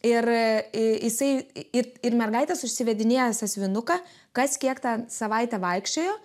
ir jisai ir mergaitės užsivėrinėja sąsiuvinuką kas kiek tą savaitę vaikščiojo